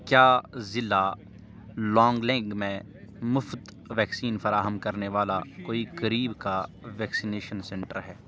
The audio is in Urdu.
کیا ضلع لانگلینگ میں مفت ویکسین فراہم کرنے والا کوئی قریب کا ویکسینیشن سنٹر ہے